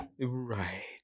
Right